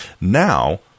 now